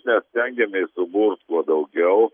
mes stengiamės suburt kuo daugiau